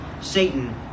Satan